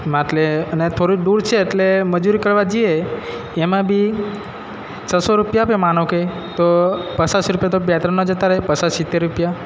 માટલે અને થોડું દૂર છે એટલે મજૂરી કરવા જઈએ એમાં બી છસો રૂપિયા બી આપે માનો કે તો એમાં બી પચાસ રૂપિયા તો પેટ્રોલના જતા રહે પચાસ સિત્તેર રૂપિયા